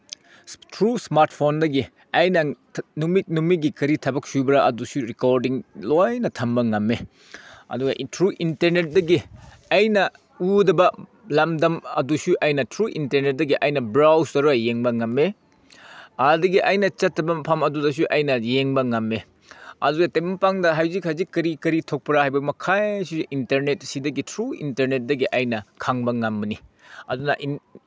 through smart ꯐꯣꯟꯗꯒꯤ ꯑꯩꯅ ꯅꯨꯃꯤꯠ ꯅꯨꯃꯤꯠꯀꯤ ꯀꯔꯤ ꯊꯕꯛ ꯁꯨꯕ꯭ꯔꯥ ꯑꯗꯨꯁꯨ ꯔꯦꯀꯣꯔꯗꯤꯡ ꯂꯣꯏꯅ ꯊꯝꯕ ꯉꯝꯃꯦ ꯑꯗꯨ ꯊ꯭ꯔꯨ ꯏꯟꯇꯔꯅꯦꯠꯇꯒꯤ ꯑꯩꯅ ꯎꯗꯕ ꯂꯝꯗꯝ ꯑꯗꯨꯁꯨ ꯑꯩꯅ ꯊ꯭ꯔꯨ ꯏꯟꯇꯔꯅꯦꯠꯇꯒꯤ ꯑꯩꯅ ꯕ꯭ꯔꯥꯎꯁ ꯇꯧꯔꯒ ꯌꯦꯡꯕ ꯉꯝꯃꯤ ꯑꯗꯒꯤ ꯑꯩꯅ ꯆꯠꯇꯕ ꯃꯐꯝ ꯑꯗꯨꯗꯁꯨ ꯑꯩꯅ ꯌꯦꯡꯕ ꯉꯝꯃꯤ ꯑꯗꯨꯗ ꯅꯠꯇꯦ ꯃꯄꯥꯟꯗ ꯍꯧꯖꯤꯛ ꯍꯧꯖꯤꯛ ꯀꯔꯤ ꯀꯔꯤ ꯊꯣꯛꯄ꯭ꯔꯥ ꯍꯥꯏꯕ ꯃꯈꯩꯁꯨ ꯏꯟꯇꯔꯅꯦꯠꯁꯤꯗꯒꯤ ꯊ꯭ꯔꯨ ꯏꯟꯇꯔꯅꯦꯠꯗꯒꯤ ꯑꯩꯅ ꯈꯪꯕ ꯉꯝꯕꯅꯤ ꯑꯗꯨꯅ